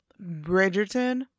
Bridgerton